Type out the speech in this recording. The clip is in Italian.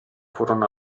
furono